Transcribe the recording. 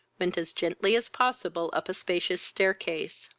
went as gently as possible up a spacious staircase.